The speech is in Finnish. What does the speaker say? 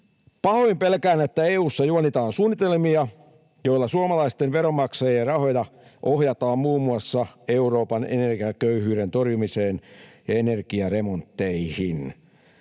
Pahoin pelkään, että EU:ssa juonitaan suunnitelmia, joilla suomalaisten veronmaksajien rahoja ohjataan muun muassa Euroopan energiaköyhyyden torjumiseen ja energiaremontteihin.